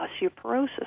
osteoporosis